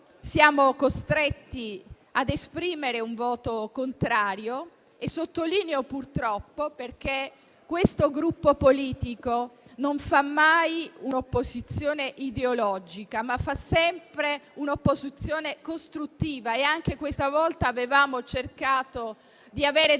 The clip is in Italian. siamo costretti a esprimere un voto contrario, e sottolineo purtroppo, perché questo Gruppo politico non fa mai un'opposizione ideologica, ma fa sempre un'opposizione costruttiva. E anche questa volta abbiamo cercato di avere delle